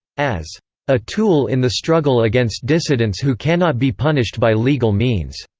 as a tool in the struggle against dissidents who cannot be punished by legal means.